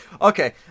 Okay